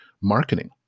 marketing